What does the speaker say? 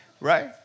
Right